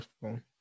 phone